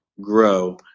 grow